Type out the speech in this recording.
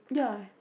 ya